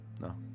no